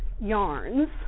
yarns